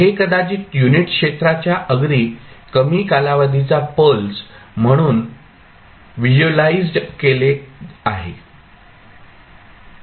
हे कदाचित युनिट क्षेत्राच्या अगदी कमी कालावधीचा पल्स म्हणून व्हिज्युअलाइज्ड केले आहे